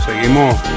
seguimos